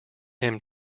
him